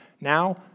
Now